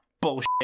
bullshit